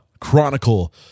chronicle